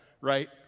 right